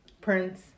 Prince